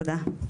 תודה.